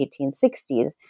1860s